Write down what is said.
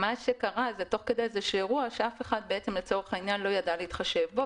מה שקרה הוא שתוך כדי היה איזשהו אירוע שאף אחד לא ידע להתחשב בו.